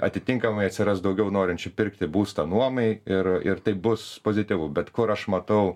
atitinkamai atsiras daugiau norinčių pirkti būstą nuomai ir ir tai bus pozityvu bet kur aš matau